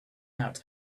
out